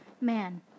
Man